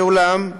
ואולם,